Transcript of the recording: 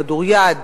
כדוריד,